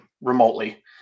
remotely